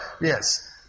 Yes